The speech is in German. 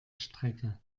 strecke